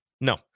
No